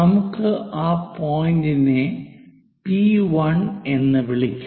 നമുക്ക് ആ പോയിന്റിനെ പി 1 എന്ന് വിളിക്കാം